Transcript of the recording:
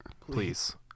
please